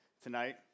tonight